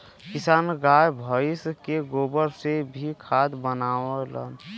किसान गाय भइस के गोबर से भी खाद बनावलन